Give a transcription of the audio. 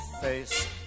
face